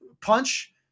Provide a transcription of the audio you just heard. punch